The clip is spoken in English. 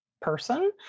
person